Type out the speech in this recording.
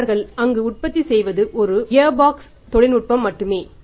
அவர்கள் அங்கு உற்பத்தி செய்வது ஒரு கியர்பாக்ஸ் தொழில்நுட்பம் மட்டுமே